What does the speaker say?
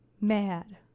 mad